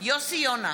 יוסי יונה,